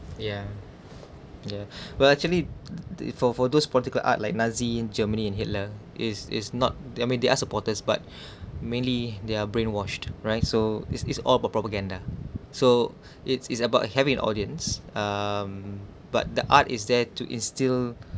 yeah yeah well actually the for for those political art like nazi germany and hitler is is not I mean they have supporters but mainly they are brainwashed right so is is all about propaganda so it's it's about having an audience um but the art is there to instill